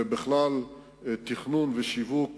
ובכלל תכנון ושיווק